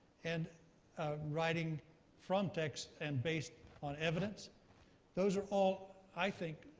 and writing from text and based on evidence those are all, i think,